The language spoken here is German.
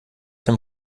dem